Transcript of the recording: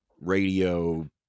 radio